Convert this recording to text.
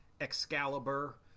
Excalibur